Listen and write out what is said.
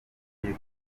imiti